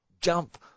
jump